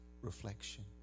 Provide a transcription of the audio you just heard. reflection